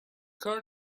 چکار